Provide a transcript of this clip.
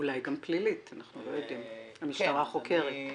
אולי גם פלילית, אנחנו לא יודעים, המשטרה חוקרת.